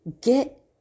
Get